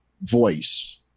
voice